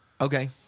Okay